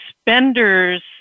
spenders